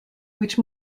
which